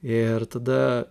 ir tada